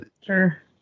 Sure